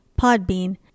Podbean